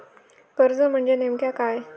कर्ज म्हणजे नेमक्या काय?